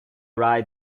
ride